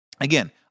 again